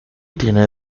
tiene